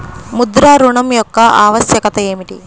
ముద్ర ఋణం యొక్క ఆవశ్యకత ఏమిటీ?